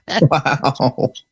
Wow